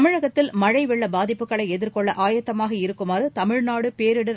தமிழகத்தில் மழைவெள்ளபாதிப்புகளைஎதிர்கொள்ளஆயத்தமாக இருக்குமாறுதமிழ்நாடுபோிடர்